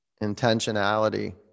Intentionality